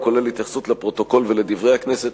הוא כולל התייחסות לפרוטוקול ול"דברי הכנסת",